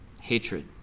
hatred